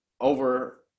over-